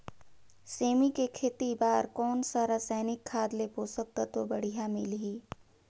सेमी के खेती बार कोन सा रसायनिक खाद ले पोषक तत्व बढ़िया मिलही?